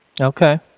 Okay